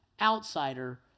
outsider